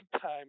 time